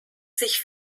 sich